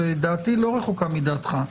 דעתי לא רחוקה מדעתך.